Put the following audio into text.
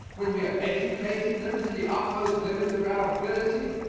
when we are educating them to the utmost limit of our ability?